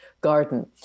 garden